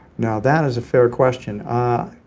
now that is a fair question. i